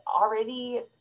already